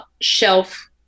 shelf-